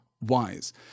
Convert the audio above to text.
wise